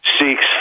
seeks